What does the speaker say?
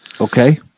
Okay